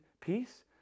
peace